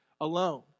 alone